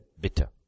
bitter